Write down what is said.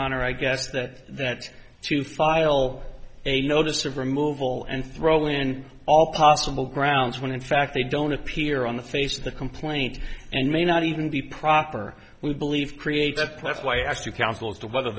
honor i guess that that's to file a notice of removal and throw in all possible grounds when in fact they don't appear on the face of the complaint and may not even be proper we believe create that class why i asked you counsel as to whether